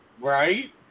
Right